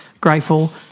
grateful